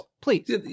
Please